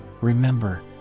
Remember